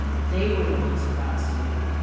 they were the ones who got sued.